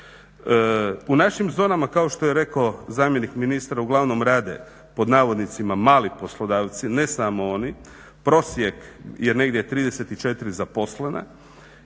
U našim zonama kao što je rekao zamjenik ministra uglavnom rade "mali poslodavci" ne samo oni, prosjek je negdje 34 zaposlena.